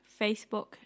Facebook